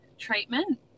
treatment